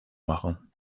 machen